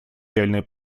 реальное